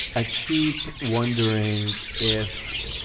i keep wondering if